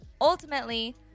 Ultimately